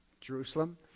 Jerusalem